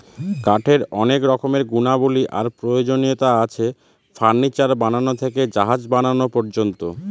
কাঠের অনেক রকমের গুণাবলী আর প্রয়োজনীয়তা আছে, ফার্নিচার বানানো থেকে জাহাজ বানানো পর্যন্ত